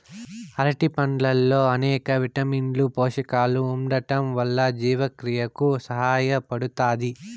అరటి పండ్లల్లో అనేక విటమిన్లు, పోషకాలు ఉండటం వల్ల జీవక్రియకు సహాయపడుతాది